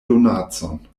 donacon